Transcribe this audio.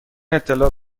اطلاع